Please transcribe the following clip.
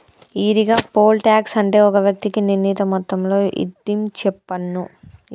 ఈరిగా, poll tax అంటే ఒక వ్యక్తికి నిర్ణీత మొత్తంలో ఇధించేపన్ను